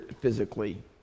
physically